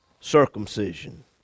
circumcision